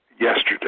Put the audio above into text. yesterday